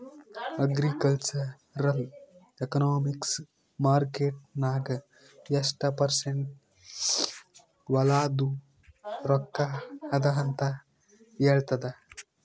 agricultural economics market ನಾಗ್ ಎಷ್ಟ percent ಹೊಲಾದು ರೊಕ್ಕಾ ಅದ ಅಂತ ಹೇಳ್ತದ್